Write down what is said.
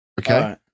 Okay